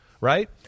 right